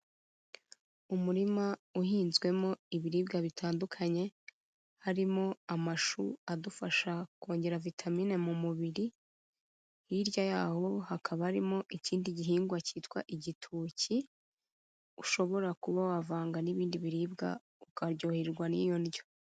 Umurima uhinzwemo ibiribwa bitandukanye harimo amashu adufasha kongera vitamine mu mubiri, hirya y'aho hakaba harimo ikindi gihingwa cyitwa igitoki ushobora kuba wavanga n'ibindi biribwa ukaryoherwa n'iyo ndyo.